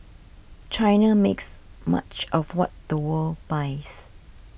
China makes much of what the world buys